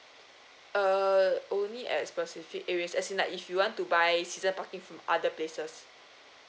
uh only at specific areas as in like if you want to buy season parking from other places